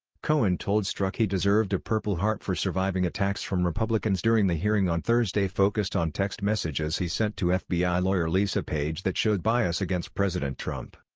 cohen told strzok he deserved a purple heart for surviving attacks from republicans during the hearing on thursday focused on text messages he sent to fbi lawyer lisa page that showed bias against president trump.